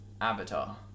Avatar